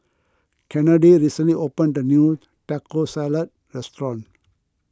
Kennedy recently opened a new Taco Salad restaurant